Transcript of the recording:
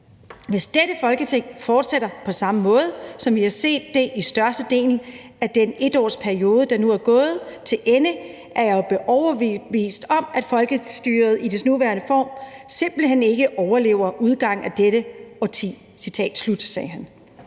Hvis dette Folketing fortsætter på samme måde, som vi har set det igennem størstedelen af den 1 års periode, der nu er gået til ende, er jeg blevet overbevist om, at folkestyret i dets nuværende form, simpelt hen ikke overlever udgangen af dette årti.